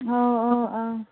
ꯑꯧ ꯑꯧ ꯑꯥ